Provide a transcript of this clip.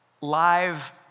live